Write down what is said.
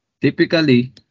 Typically